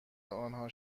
آنها